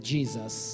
Jesus